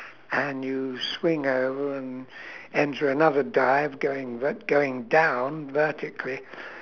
and you swing over and enter another dive going v~ going down vertically